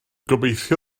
gobeithio